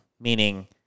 meaning